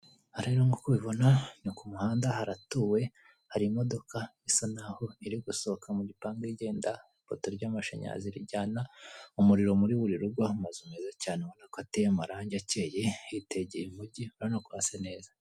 aha rero nkuko ubibona ni kumuhanda haratuwe hari imodoka isa naho iri gusohoka mugipangu igenda, ipoto ry'amashanyarazi rijyana umuriro muri buri rugo amazu meza cyane ubona ko ateyeho amarangi akeye hitegeye umugi urabona ko hasa neza.